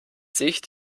sich